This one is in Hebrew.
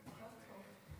יושב-ראש הכנסת,